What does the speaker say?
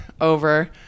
over